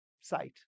sight